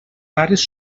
pares